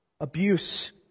abuse